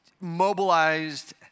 mobilized